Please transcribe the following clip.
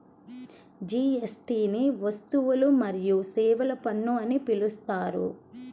జీఎస్టీని వస్తువులు మరియు సేవల పన్ను అని పిలుస్తారు